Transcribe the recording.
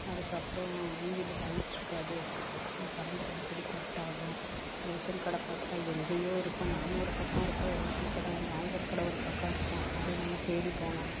அதுக்கப்புறம் வீதியில் லைட் இருக்காது அப்புறம் கரண்ட் அடிக்கடி கட் ஆகும் ரேஷன் கடை பார்த்தா எங்கேயோ இருக்கும் நாம்ம ஒரு பக்கம் இருப்போம் ரேஷன் கடை நியாய விலக் கடை ஒரு பக்கம் இருக்கும் அதையும் நம்ம தேடி போகணும்